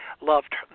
loved